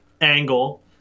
angle